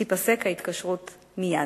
תיפסק ההתקשרות מייד.